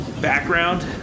background